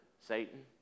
Satan